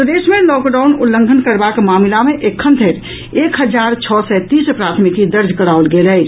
प्रदेश मे लॉकडाउन उल्लंघन करबाक मामिला मे एखन धरि एक हजार छओ सय तीस प्राथमिकी दर्ज कराओल गेल अछि